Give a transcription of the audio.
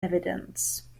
evidence